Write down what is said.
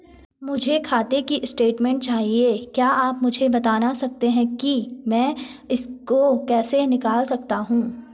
मुझे खाते की स्टेटमेंट चाहिए क्या आप मुझे बताना सकते हैं कि मैं इसको कैसे निकाल सकता हूँ?